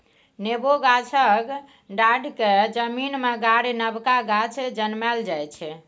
नेबो गाछक डांढ़ि केँ जमीन मे गारि नबका गाछ जनमाएल जाइ छै